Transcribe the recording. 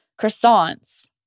croissants